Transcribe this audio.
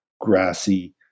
grassy